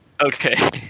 Okay